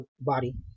body